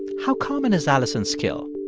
how common is alison's skill?